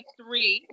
three